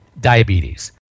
diabetes